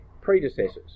predecessors